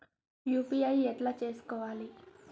UPI ఎట్లా చేసుకోవాలి?